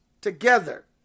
together